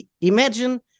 imagine